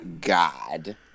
god